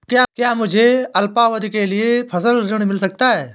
क्या मुझे अल्पावधि के लिए फसल ऋण मिल सकता है?